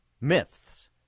myths